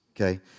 Okay